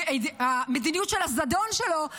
או המדיניות של הזדון שלו,